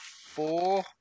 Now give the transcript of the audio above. four